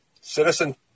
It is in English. Citizen